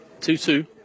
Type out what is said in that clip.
Two-two